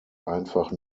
einfach